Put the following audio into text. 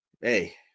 Hey